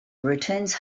returns